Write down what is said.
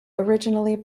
originally